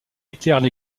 éclairent